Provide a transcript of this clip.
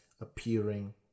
appearing